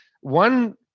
one